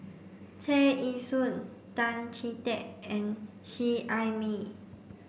Tear Ee Soon Tan Chee Teck and Seet Ai Mee